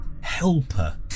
helper